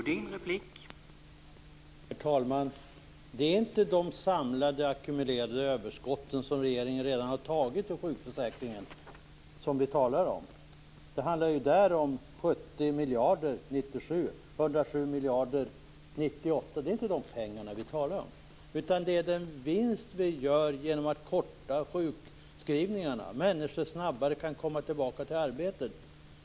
Herr talman! Det är inte de samlade, ackumulerade överskott som regeringen redan har beslutat om när det gäller sjukförsäkringen som vi talar om. Det handlar i det fallet om 70 miljarder 1997 och 107 miljarder 1998. Det är inte de pengarna vi talar om. Vi talar om den vinst vi gör genom att korta sjukskrivningarna genom att människor snabbare kan komma tillbaka till arbetet.